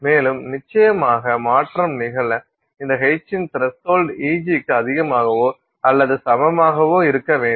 மேலும் நிச்சயமாக மாற்றம் நிகழ இந்த h இன் த்ரஸ்ஹோல்ட் Egக்கு அதிகமாகவோ அல்லது சமமாகவோ இருக்க வேண்டும்